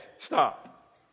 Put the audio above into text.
stop